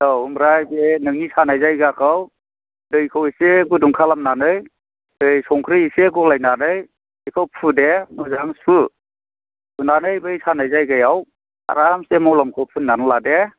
औ ओमफ्राय बे नोंनि सानाय जायगाखौ दैखौ एसे गुदुं खालामनानै दै संख्रि एसे गलायनानै बेखौ फु दे मोजां सु सुनानै बै सानाय जायगायाव आरामसे मलमखौ फुननानै ला दे